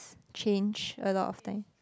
change a lot of times